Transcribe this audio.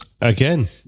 again